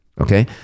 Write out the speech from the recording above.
Okay